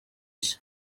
nshya